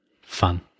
fun